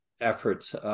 efforts